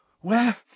Where